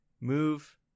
move